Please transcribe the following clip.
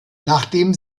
nachdem